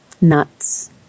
nuts